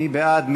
מי בעד?